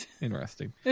Interesting